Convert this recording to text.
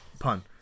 Pun